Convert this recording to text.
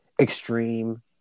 extreme